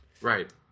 Right